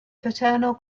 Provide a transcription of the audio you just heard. paternal